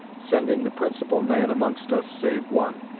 sending the principal man amongst us save one,